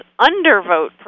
undervote